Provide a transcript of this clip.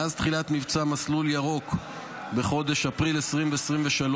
מאז תחילת מבצע מסלול ירוק בחודש אפריל 2023,